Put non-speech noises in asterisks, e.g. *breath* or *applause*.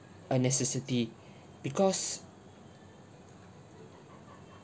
a necessity *breath* because